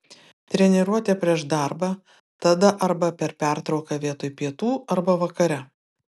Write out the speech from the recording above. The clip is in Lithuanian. treniruotė prieš darbą tada arba per pertrauką vietoj pietų arba vakare